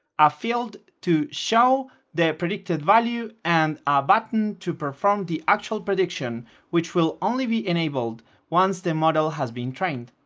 a field to show the predicted value and a button to perform the actual prediction which will only be enabled once the model has been trained.